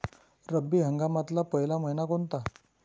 रब्बी हंगामातला पयला मइना कोनता?